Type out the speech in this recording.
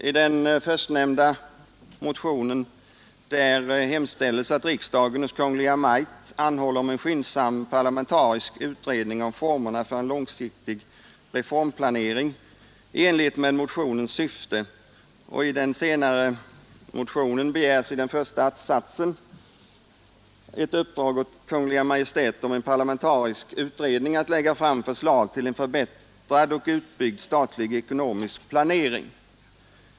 I den förstnämnda motionen hemställs att riksdagen hos Kungl. Maj:t anhåller om en skyndsam parlamentarisk utredning av formerna för en långsiktig reformplanering i enlighet med motionens syfte. I den senare motionen begärs i den första att-satsen att Kungl. Maj:t uppdrar åt en parlamentarisk utredning att lägga fram förslag till en förbättrad och utbyggd statlig ekonomisk planering.